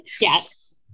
Yes